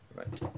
right